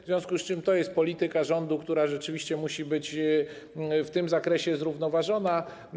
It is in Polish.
W związku z tym to dotyczy polityki rządu, która rzeczywiście musi być w tym zakresie zrównoważona.